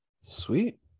Sweet